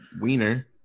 wiener